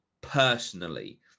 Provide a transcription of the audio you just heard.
personally